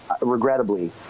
regrettably